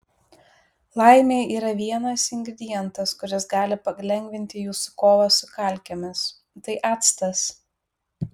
laimei yra vienas ingredientas kuris gali palengvinti jūsų kovą su kalkėmis tai actas